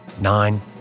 nine